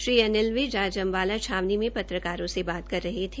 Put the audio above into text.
श्री विज ने आज अम्बाला छावनी में पत्रकारों से बात कर रहे थे